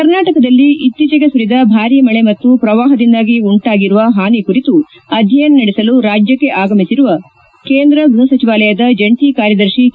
ಕರ್ನಾಟಕದಲ್ಲಿ ಇತ್ತೀಚೆಗೆ ಸುರಿದ ಭಾರೀ ಮಳೆ ಮತ್ತು ಪ್ರವಾಪದಿಂದಾಗಿ ಉಂಟಾಗಿರುವ ಹಾನಿ ಕುರಿತು ಅಧ್ಯಯನ ನಡೆಸಲು ರಾಜ್ಞೆ ಆಗಮಿಸಿರುವ ಕೇಂದ್ರ ಗ್ನಪ ಸಚಿವಾಲಯದ ಜಂಟಿ ಕಾರ್ಯದರ್ಶಿ ಕೆ